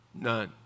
None